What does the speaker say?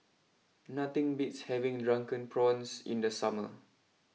nothing beats having Drunken Prawns in the summer